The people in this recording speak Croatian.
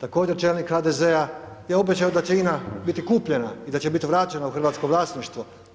također čelnik HDZ-a je obećao da će INA biti kupljena i da će biti vraćena u hrvatsko vlasništvo.